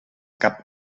cap